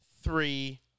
three